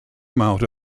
amount